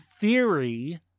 theory